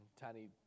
tiny